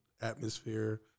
atmosphere